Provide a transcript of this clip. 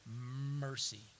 mercy